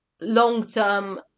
long-term